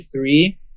three